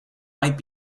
might